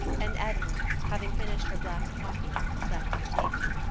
and edna, having finished her black coffee, left the table.